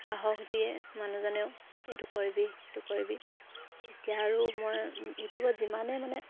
সাহস দিয়ে মানুহজনেও এইটো কৰিবি সেইটো কৰিবি তেতিয়া আৰু মই ইউটিউবত যিমানেই মানে